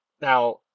Now